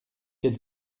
quel